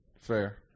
Fair